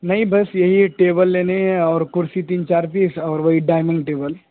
نہیں بس یہی ایک ٹیبل لینی ہے اور کرسی تین چار پیس اور وہی ڈائمنگ ٹیبل